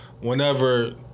whenever